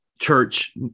church